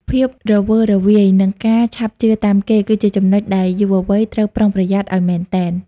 ភាពរវើរវាយ និងការឆាប់ជឿតាមគេ គឺជាចំណុចដែលយុវវ័យត្រូវប្រុងប្រយ័ត្នឱ្យមែនទែន។